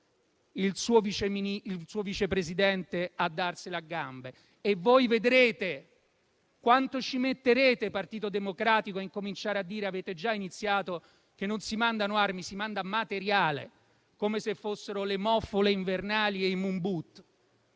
il suo Vice Presidente a darsela a gambe. E voi vedrete quanto ci metterete, Partito Democratico, a incominciare a dire - avete già iniziato - che non si mandano armi, ma si manda materiale, come se fossero le muffole invernali e i Moon Boot.